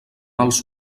als